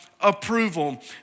approval